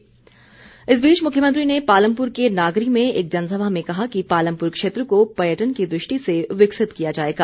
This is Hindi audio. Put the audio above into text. जयराम इस बीच मुख्यमंत्री ने पालमपुर के नागरी में एक जनसभा में कहा कि पालमपुर क्षेत्र को पर्यटन की दृष्टि से विकसित किया जाएगा